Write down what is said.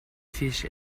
fish